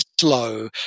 slow